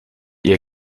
ihr